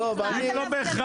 אנחנו מתמודדים על מחיר.